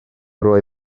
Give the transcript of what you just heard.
roi